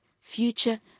future